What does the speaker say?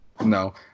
No